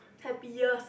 happiest